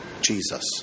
Jesus